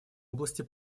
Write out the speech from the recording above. области